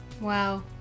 Wow